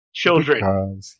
Children